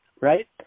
right